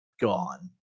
gone